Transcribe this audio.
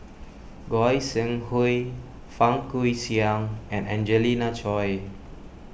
Goi Seng Hui Fang Guixiang and Angelina Choy